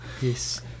Yes